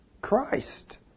Christ